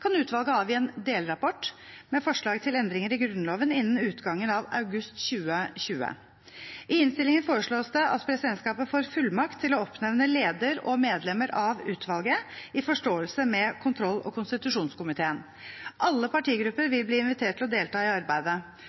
kan utvalget avgi en delrapport med forslag til endringer i Grunnloven innen utgangen av august 2020. I innstillingen foreslås det at presidentskapet får fullmakt til å oppnevne leder og medlemmer av utvalget i forståelse med kontroll- og konstitusjonskomiteen. Alle partigrupper vil bli invitert til å delta i arbeidet.